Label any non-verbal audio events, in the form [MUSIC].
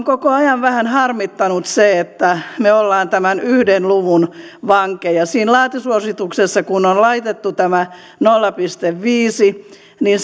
[UNINTELLIGIBLE] koko ajan vähän harmittanut se että me olemme tämän yhden luvun vankeja kun siinä laatusuosituksessa on laitettu tämä nolla pilkku viisi niin [UNINTELLIGIBLE]